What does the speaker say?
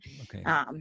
Okay